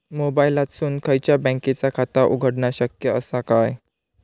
मोबाईलातसून खयच्याई बँकेचा खाता उघडणा शक्य असा काय?